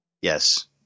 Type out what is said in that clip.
Yes